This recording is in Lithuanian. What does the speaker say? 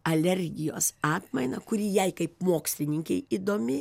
alergijos atmainą kuri jai kaip mokslininkei įdomi